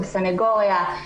הסנגוריה,